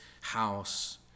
house